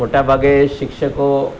મોટા ભાગે શિક્ષકો